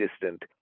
distant